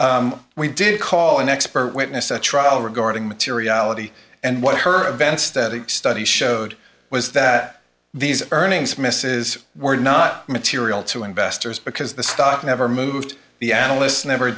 certainly we did call an expert witness at trial regarding materiality and what her event static study showed was that these earnings misses were not material to investors because the stock never moved the analysts never